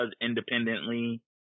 independently